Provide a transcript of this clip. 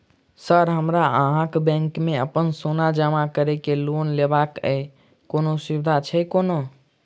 Sir हमरा अहाँक bank मे अप्पन सोना जमा करि केँ लोन लेबाक अई कोनो सुविधा छैय कोनो?